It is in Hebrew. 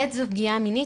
וזאת פגיעה מינית.